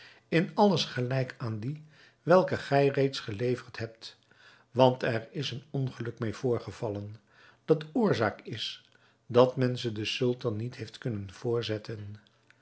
in alles gelijk aan die welke gij reeds geleverd hebt want er is een ongeluk meê voorgevallen dat oorzaak is dat men ze den sultan niet heeft kunnen voorzetten